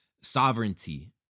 sovereignty